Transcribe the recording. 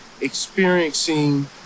experiencing